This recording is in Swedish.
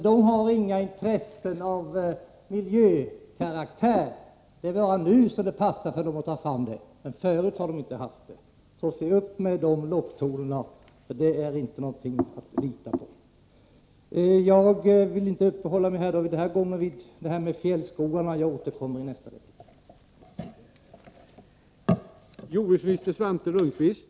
De har inga intressen av miljökaraktär. Det är bara nu som det passar för dem att ta fram detta — förut har de inte tagit upp det. Se alltså upp med dessa locktoner — det är inte någonting att lita på! Jag hinner inte ta upp fjällskogarna nu, men jag återkommer i nästa replik.